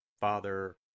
Father